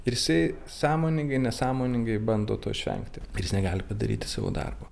ir jisai sąmoningai nesąmoningai bando to išvengti ir jis negali padaryti savo darbo